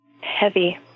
heavy